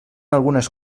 algunes